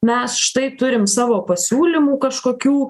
mes štai turim savo pasiūlymų kažkokių